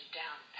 down